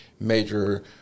major